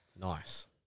Nice